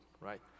right